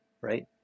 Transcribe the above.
right